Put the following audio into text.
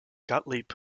gottlieb